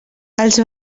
els